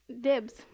dibs